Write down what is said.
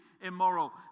immoral